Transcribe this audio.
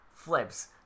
Flips